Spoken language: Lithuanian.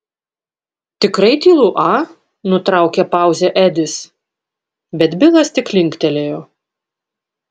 tikrai tylu a nutraukė pauzę edis bet bilas tik linktelėjo